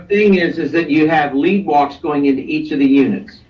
is is that you have lead walks going into each of the units,